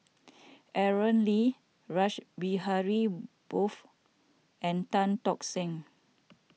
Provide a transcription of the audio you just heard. Aaron Lee Rash Behari Bose and Tan Tock Seng